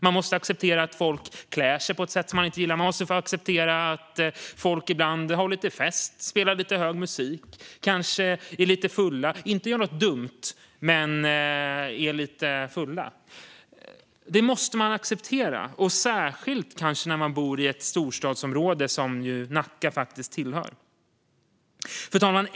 Man måste acceptera att folk klär sig på ett sätt som man inte gillar. Man måste acceptera att folk ibland har lite fest, spelar lite hög musik och kanske är lite fulla, men utan att göra något dumt. Detta måste man acceptera, kanske särskilt när man bor i ett storstadsområde, som Nacka faktiskt är. Fru talman!